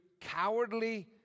cowardly